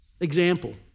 Example